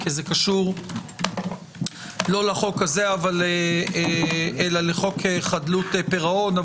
כי זה קשור לא לחוק הזה אלא לחוק חדלות פירעון.